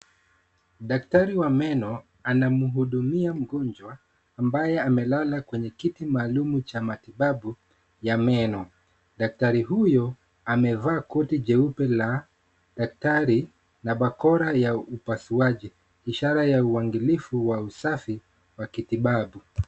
Daktari wa meno anamhudumia mgonjwa ambaye amelala kwenye kiti maalum cha matibabu ya meno. Daktari huyu amevaa koti jeupe la daktari na bakora ya upasuaji ishara ya uangalifu wa usafi wa kitibabu.